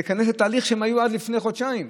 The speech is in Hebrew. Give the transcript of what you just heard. להיכנס לתהליך שהם היו בו עד לפני חודשיים.